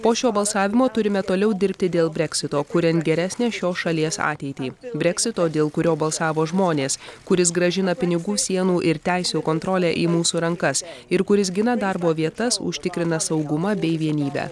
po šio balsavimo turime toliau dirbti dėl breksito kuriant geresnę šios šalies ateitį breksito dėl kurio balsavo žmonės kuris grąžina pinigų sienų ir teisių kontrolę į mūsų rankas ir kuris gina darbo vietas užtikrina saugumą bei vienybę